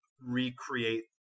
recreate